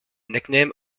nickname